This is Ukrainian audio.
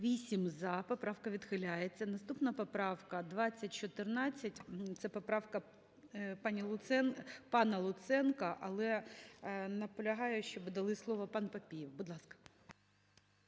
За-8 Поправка відхиляється. Наступна поправка – 2014. Це поправка пана Луценка. Але наполягає, щоб дали слово… Пан Папієв, будь ласка.